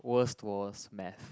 worst was math